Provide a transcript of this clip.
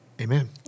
Amen